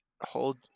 hold